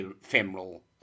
femoral